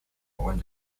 when